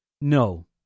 No